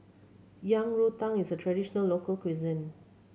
Yang Rou Tang is a traditional local cuisine